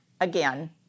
again